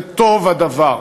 וטוב הדבר.